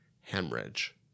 hemorrhage